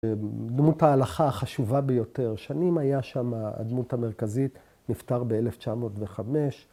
‫דמות ההלכה החשובה ביותר, שנים ‫היה שם הדמות המרכזית, ‫נפטר ב-1905.